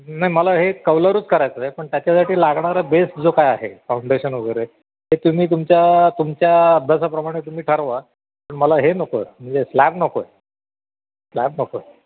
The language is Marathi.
नाही मला हे कौलारूच करायचं आहे पण त्याच्यासाठी लागणारं बेस्ट जो काय आहे फाउंडेशन वगैरे हे तुम्ही तुमच्या तुमच्या अभ्यासाप्रमाणे तुम्ही ठरवा पण मला हे नको आहे म्हणजे स्लॅब नको आहे स्लॅब नको आहे